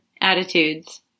Attitudes